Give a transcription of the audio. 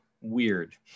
weird